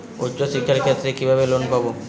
উচ্চশিক্ষার ক্ষেত্রে কিভাবে লোন পাব?